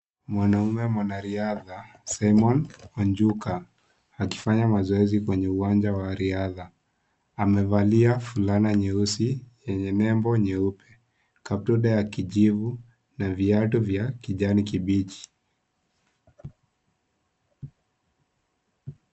Mwanaume mwanariadha, Simon Onjuka, akifanya mazoezi kwenye uwanja wa riadha. Amevalia fulana nyeusi yenye nembo nyeupe. Kaptura ya kijivu na viatu vya kijani kibichi.